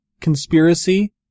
conspiracy